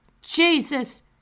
Jesus